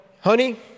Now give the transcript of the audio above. honey